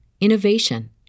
innovation